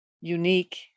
unique